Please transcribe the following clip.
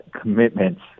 commitments